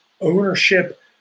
ownership